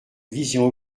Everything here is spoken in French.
vision